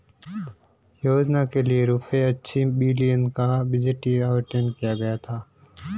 योजना के लिए रूपए अस्सी बिलियन का बजटीय आवंटन किया गया था